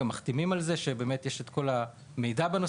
וגם מחתימים אותם על זה שקיבלו את כל המידע בנושא.